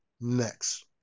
next